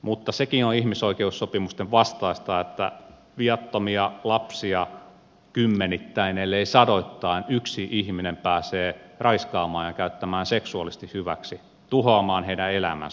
mutta sekin on ihmisoikeussopimusten vastaista että viattomia lapsia kymmenittäin ellei sadoittain yksi ihminen pääsee raiskaamaan ja käyttämään seksuaalisesti hyväksi tuhoamaan heidän elämänsä